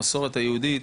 המסורת היהודית,